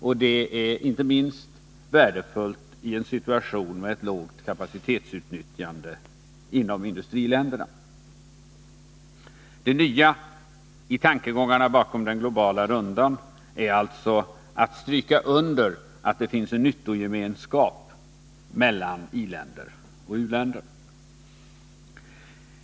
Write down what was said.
Det är inte minst värdefullt i en situation med ett lågt kapacitetsutnyttjande inom industriländerna. Det nya i tankegångarna bakom den globala rundan är alltså att stryka under att det finns en nyttogemenskap mellan i-länder och u-länder.